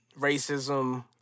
racism